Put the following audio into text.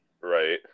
Right